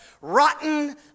rotten